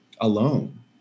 alone